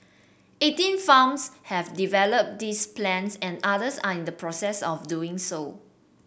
eighteen farms have developed these plans and others are in the process of doing so